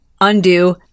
undo